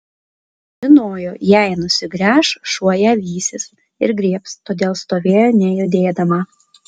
žinojo jei nusigręš šuo ją vysis ir griebs todėl stovėjo nejudėdama